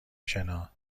شنا